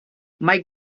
mae